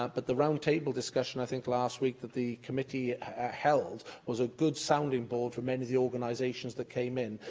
um but the round-table discussion, i think, last week that the committee held was a good sounding board for many of the organisations that came in,